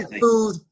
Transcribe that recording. food